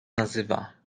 nazywa